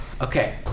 Okay